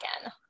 again